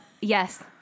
Yes